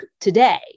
today